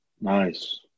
nice